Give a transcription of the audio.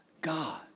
God